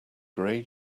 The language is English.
gray